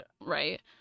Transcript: right